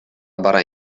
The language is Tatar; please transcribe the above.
бара